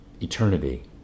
eternity